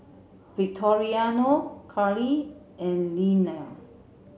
Victoriano Karlee and Linnea